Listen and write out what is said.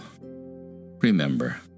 remember